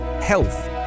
health